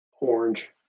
orange